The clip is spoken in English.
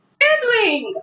sibling